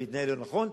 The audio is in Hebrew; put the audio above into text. ויתנהל לא נכון,